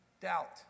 doubt